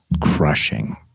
crushing